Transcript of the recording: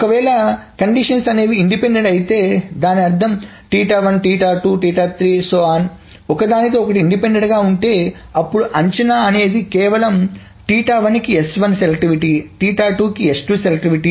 ఒకవేళ నియమాలు అనేవి ఇండిపెండెంట్ అయితే దాని అర్థం etc ఒకదానితో ఒకటి ఇండిపెండెంట్ గా ఉంటే అప్పుడు అంచనా అనేది కేవలం కి s1 సెలెక్టివిటీ కి s2 సెలెక్టివిటీ